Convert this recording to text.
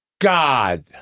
god